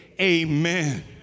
Amen